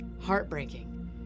heartbreaking